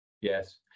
Yes